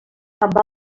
amb